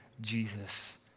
Jesus